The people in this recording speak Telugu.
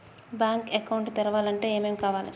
బ్యాంక్ అకౌంట్ తెరవాలంటే ఏమేం కావాలి?